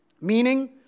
Meaning